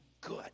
good